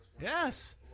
Yes